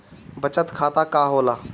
बचत खाता का होला?